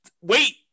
Wait